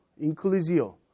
inclusio